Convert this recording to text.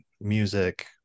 music